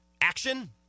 action